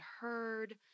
heard